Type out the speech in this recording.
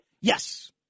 Yes